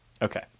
Okay